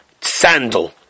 sandal